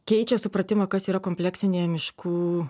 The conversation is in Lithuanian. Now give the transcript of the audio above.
keičia supratimą kas yra kompleksinė miškų